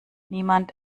niemand